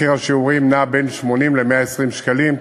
מחיר שיעור נע בין 80 ל-120 שקלים,